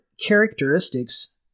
characteristics